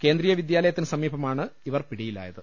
കേന്ദ്രീയ വിദ്യാലയത്തിനു സമീപം വെച്ചാണ് ഇവർ പിടിയിലാ യത്